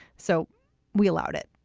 so we allowed it